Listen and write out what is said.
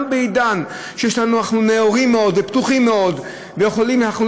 גם בעידן שאנחנו נאורים מאוד ופתוחים מאוד ואנחנו לא